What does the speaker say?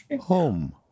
Home